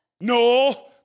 no